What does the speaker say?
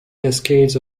cascades